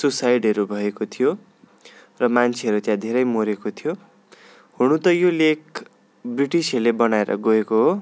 सुसाइडहरू भएको थियो र मान्छेहरू त्यहाँ धेरै मरेको थियो हुनु त यो लेक ब्रिटिसहरले बनाएर गएको हो